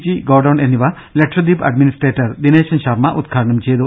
G godown എന്നിവ Lakshadweep administrator Dineshan Sharma ഉദ്ഘാടനം ചെയ്തു